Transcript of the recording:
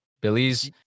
Billy's